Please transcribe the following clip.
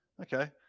okay